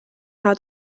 how